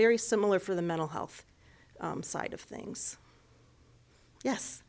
very similar for the mental health side of things yes